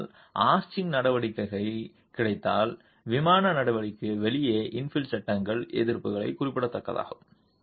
ஆனால் ஆர்ச்சிங் நடவடிக்கை கிடைத்தால் விமான நடவடிக்கைக்கு வெளியே இன்ஃபில் சட்டங்கள் எதிர்ப்பு குறிப்பிடத்தக்கதாகும்